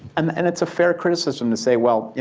um and it's a fair criticism to say, well,